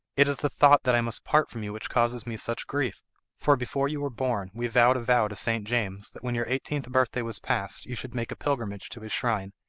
it is the thought that i must part from you which causes me such grief for before you were born we vowed a vow to st. james that when your eighteenth birthday was passed you should make a pilgrimage to his shrine,